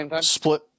split